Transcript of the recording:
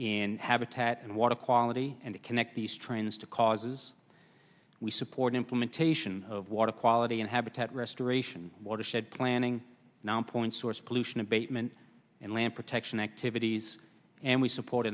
in habitat and water quality and connect these trends to causes we support implementation of water quality and habitat restoration watershed planning non point source pollution abatement and land protection activities and we support